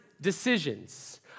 decisions